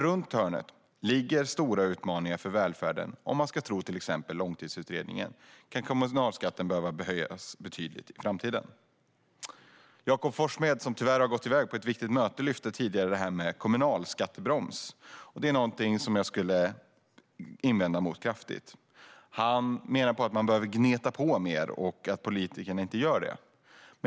Runt hörnet ligger nämligen stora utmaningar för välfärden, och om man ska man tro till exempel Långtidsutredningen kan kommunalskatten behöva höjas betydligt i framtiden. Jakob Forssmed, som tyvärr har gått iväg på ett viktigt möte, lyfte tidigare upp frågan om en kommunalskattebroms, vilket är någonting som jag kraftigt skulle invända mot. Han menar att man behöver gneta på mer och att politikerna inte gör det.